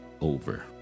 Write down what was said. over